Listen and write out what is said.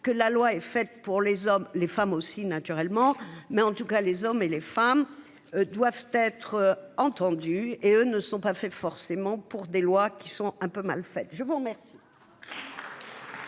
que la loi est faite pour les hommes, les femmes aussi naturellement mais en tout cas les hommes et les femmes doivent être entendus et eux ne sont pas fait forcément pour des lois qui sont un peu mal faite je vous remercie.